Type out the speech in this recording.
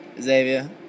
Xavier